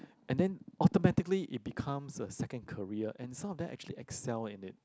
and then automatically it becomes a second career and some of them actually excel in it